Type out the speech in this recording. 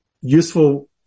useful